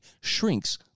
shrinks